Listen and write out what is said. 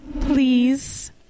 please